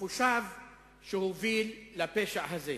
המחושב שהוביל לפשע הזה.